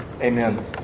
Amen